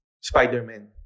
Spider-Man